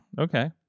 Okay